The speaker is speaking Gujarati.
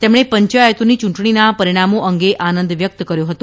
તેમણે પંચાયતોની ચૂંટણીનાં પરિણામો અંગે આનંદ વ્યકત કર્યો હતો